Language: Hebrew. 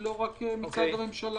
היא לא רק מצד הממשלה.